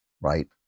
right